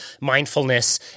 mindfulness